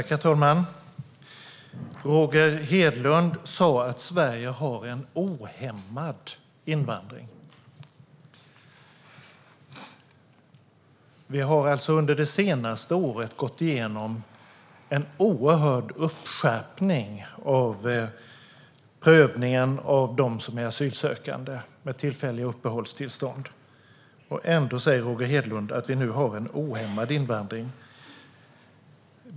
Herr talman! Roger Hedlund sa att Sverige har en ohämmad invandring. Vi har alltså under det senaste året gått igenom en oerhörd skärpning av prövningen av dem som är asylsökande, med tillfälliga uppehållstillstånd. Ändå säger Roger Hedlund att vi nu har en ohämmad invandring.